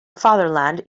fatherland